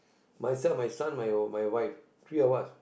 myself my son my wife three of us